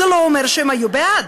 זה לא אומר שהם היו בעד.